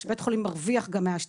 שבית החולים גם מרוויח מההשתלה